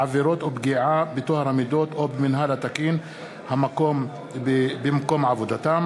עבירות ופגיעה בטוהר המידות או במינהל התקין במקום עבודתם),